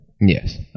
Yes